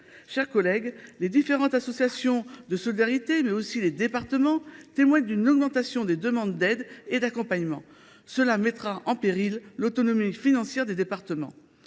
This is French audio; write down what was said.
de handicap. Les différentes associations de solidarité, mais aussi les départements, témoignent d’une augmentation des demandes d’aides et d’accompagnement. Cela mettra en péril l’autonomie financière des départements.